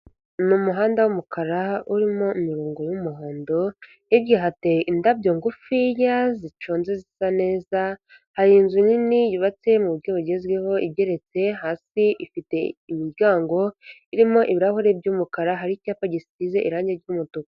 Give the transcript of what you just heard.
Ni umuhanda w'umukara urimo imirongo y'umuhondo, hirya hateye indabyo ngufiya ziconze zisa neza, hari inzu nini yubatse mu buryo bugezweho igetse, hasi ifite imiryango irimo ibirahure by'umukara, hari icyapa gisize irange ry'umutuku.